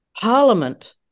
Parliament